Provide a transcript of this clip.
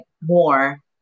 more